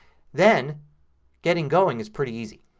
then getting going is pretty easy.